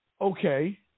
Okay